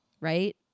right